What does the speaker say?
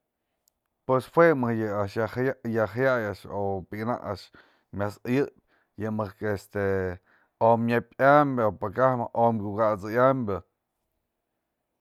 Pues jue më yë a'ax yë jaya'ay o pikanak a'ax myas äyë'ëp yë mëjk este; o'omy nepyambë o paka'aj o'my kuka'at'sëyambë.